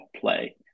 play